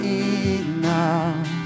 enough